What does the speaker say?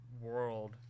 world